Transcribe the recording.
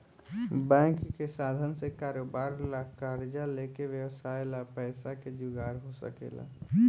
bank के साधन से कारोबार ला कर्जा लेके व्यवसाय ला पैसा के जुगार हो सकेला